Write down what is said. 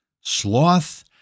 sloth